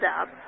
up